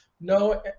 No